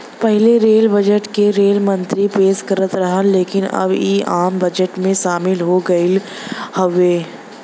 पहिले rail budget क rail मंत्री पेश करत रहन लेकिन अब इ आम बजट में शामिल हो गयल हउवे